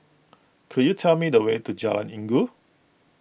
could you tell me the way to Jalan Inggu